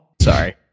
Sorry